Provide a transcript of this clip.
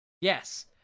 Yes